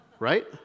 Right